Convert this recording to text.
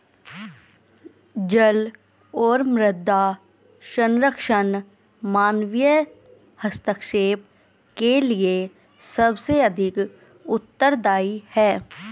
जल और मृदा संरक्षण मानवीय हस्तक्षेप के लिए सबसे अधिक उत्तरदायी हैं